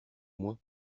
moi